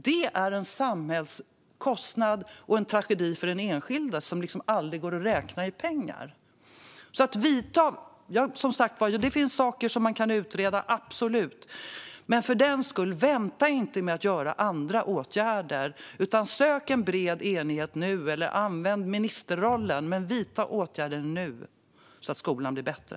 Det blir en samhällskostnad och en tragedi för den enskilda eleven som aldrig går att räkna i pengar. Det finns som sagt absolut saker som kan utredas. Men vänta inte med att vidta andra åtgärder! Sök en bred enighet nu eller använd ministerrollen! Vidta åtgärder nu så att skolan blir bättre!